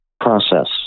process